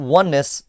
oneness